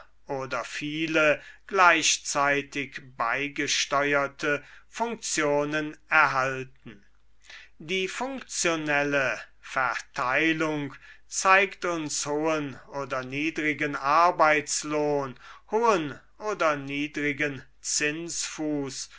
oder viele gleichzeitig beigesteuerte funktionen erhalten die funktionelle verteilung zeigt uns hohen oder niedrigen arbeitslohn hohen oder niedrigen zinsfuß